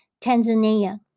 Tanzania